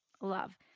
Love